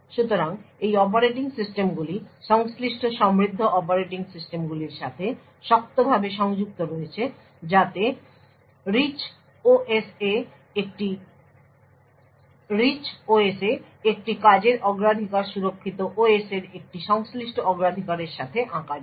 সুতরাং এই অপারেটিং সিস্টেমগুলি সংশ্লিষ্ট সমৃদ্ধ অপারেটিং সিস্টেমগুলির সাথে শক্তভাবে সংযুক্ত রয়েছে যাতে রিচ OS এ একটি কাজের অগ্রাধিকার সুরক্ষিত OS এর একটি সংশ্লিষ্ট অগ্রাধিকারের সাথে আঁকা যায়